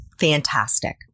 Fantastic